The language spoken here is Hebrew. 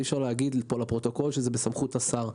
לכן אי אפשר להגיד פה לפרוטוקול שזה בסמכות השר.